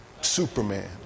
Superman